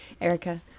Erica